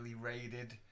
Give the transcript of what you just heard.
raided